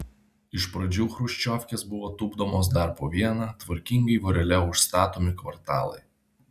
iš pradžių chruščiovkės buvo tupdomos dar po vieną tvarkingai vorele užstatomi kvartalai